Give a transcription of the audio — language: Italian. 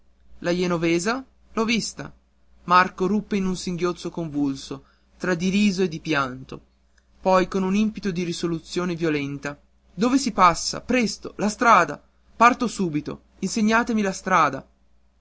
jenovesa l'ho vista marco ruppe in un singhiozzo convulso tra di riso e di pianto poi con un impeto di risoluzione violenta dove si passa presto la strada parto subito insegnatemi la strada